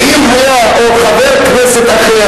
ואם היה חבר כנסת אחר,